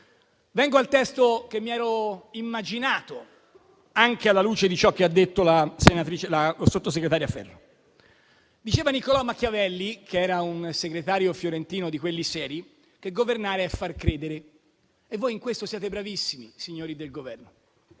Vengo al testo che mi ero immaginato, anche alla luce di ciò che ha detto la sottosegretaria Ferro. Diceva Niccolò Machiavelli, che era un segretario fiorentino di quelli seri, che governare è far credere, e voi in questo siete bravissimi, signori del Governo.